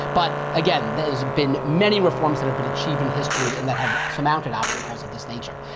but again, there's been many reforms that have been achieved in history, and that have surmounted obstacles of this nature.